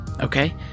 okay